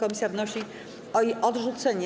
Komisja wnosi o jej odrzucenie.